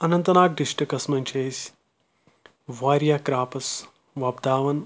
اننت ناگ ڈِسٹرکَس منٛز چھِ أسۍ واریاہ کٕرَاپس وۄپداوان